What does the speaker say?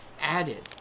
added